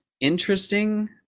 interesting